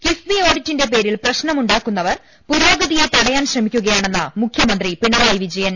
കിഫ്ബി ഓഡിറ്റിന്റെ പേരിൽ പ്രശ്നം ഉണ്ടാക്കുന്നവർ പുരോ ഗതിയെ തടയാൻ ശ്രമിക്കുകയാണെന്ന് മുഖ്യമന്ത്രി പിണറായി വിജയൻ